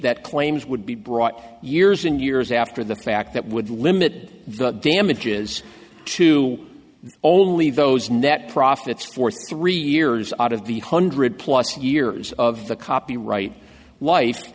that claims would be brought years and years after the fact that would limit the damage is to only those net profits for three years out of the hundred plus years of the copyright life